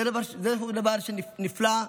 זה דבר נפלא,